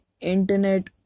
internet